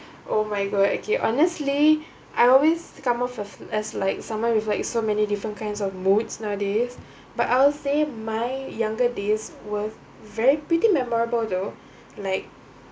oh my god okay honestly I always come off as like someone with like so many different kinds of moods nowadays but I'll say my younger days were very pretty memorable though like